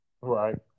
Right